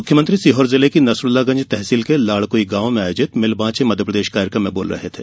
मुख्यमंत्री सीहोर जिले की नसरूल्लागंज तहसील के लाड़कुई गांव में आयोजित मिल बॉचें मध्यप्रदेश कार्यक्रम में बोल रहे थे